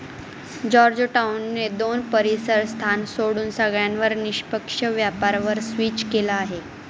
Georgetown ने दोन परीसर स्थान सोडून सगळ्यांवर निष्पक्ष व्यापार वर स्विच केलं आहे